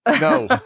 No